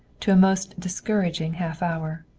to a most discouraging half hour.